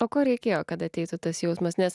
o ko reikėjo kad ateitų tas jausmas nes